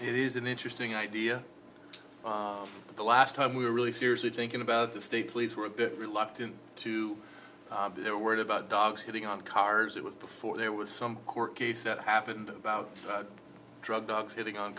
it is an interesting idea but the last time we were really seriously thinking about the state police were a bit reluctant to their word about dogs hitting on cars it was before there was some court case that happened about drug dogs hitting on